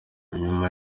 nyuma